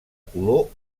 color